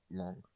long